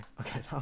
okay